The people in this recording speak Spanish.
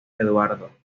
eduardo